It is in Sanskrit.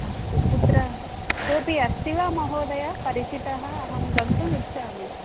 अस्तु कुत्र कोपि अस्ति वा महोदय परिचितः अहं गन्तुम् इच्छामि